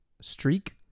streak